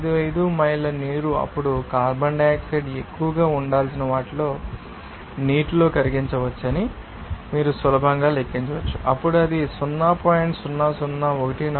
55 మైళ్ల నీరు అప్పుడు కార్బన్ డయాక్సైడ్ ఎక్కువగా ఉండాల్సిన వాటిని నీటిలో కరిగించవచ్చని మీరు సులభంగా లెక్కించవచ్చు అప్పుడు అది 0